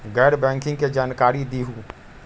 गैर बैंकिंग के जानकारी दिहूँ?